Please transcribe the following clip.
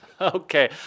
Okay